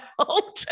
out